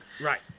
right